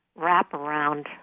wraparound